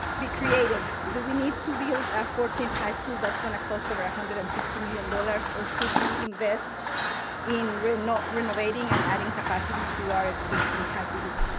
be creative. do we need to build a fourteenth high school that's going to cost over one hundred and sixty million dollars, or should we invest in renovating renovating and adding capacity to our existing high schools?